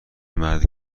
مرد